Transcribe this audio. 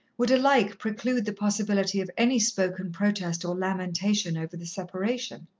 would alike preclude the possibility of any spoken protest or lamentation over the separation.